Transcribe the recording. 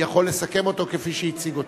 יכול לסכם אותו כפי שהציג אותו.